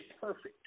perfect